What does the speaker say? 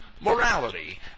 morality